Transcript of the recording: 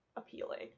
appealing